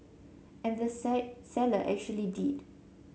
and the say seller actually did